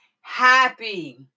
happy